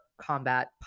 combat